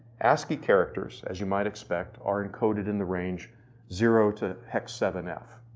ascii characters as you might expect are encoded in the range zero to hex seven f.